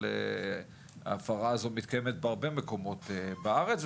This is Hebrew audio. אבל היא מתקיימת בהרבה מקומות בארץ.